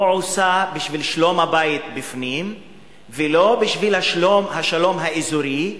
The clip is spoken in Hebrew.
איך היא לא עושה בשביל שלום הבית מבפנים ולא בשביל השלום האזורי,